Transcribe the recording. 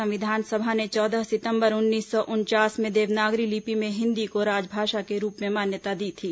संविधान सभा ने चौदह सितंबर उन्नीस सौ उनचास में देवनागरी लिपि में हिन्दी को राजभाषा के रूप में मान्यता दी थी